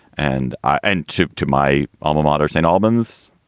and i and tip to my alma mater, st. albans,